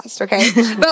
okay